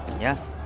Yes